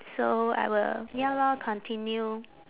so I will ya lor continue